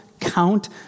count